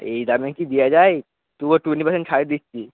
এই দামে কি দেওয়া যায় তবুও টোয়েন্টি পার্সেন্ট ছাড় দিচ্ছি